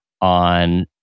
on